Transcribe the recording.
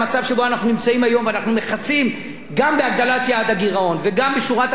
ואנחנו מכסים גם בהגדלת יעד הגירעון וגם בשורת הצעדים שננקטים עכשיו.